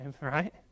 right